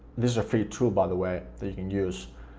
this is a free tool by the way that you can use.